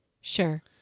Sure